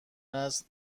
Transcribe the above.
است